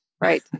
right